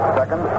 second